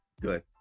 good